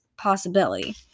possibility